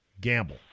gamble